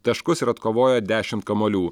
taškus ir atkovojo dešimt kamuolių